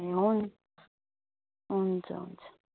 ए हुन् हुन्छ हुन्छ